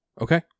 Okay